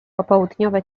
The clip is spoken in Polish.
popołudniowe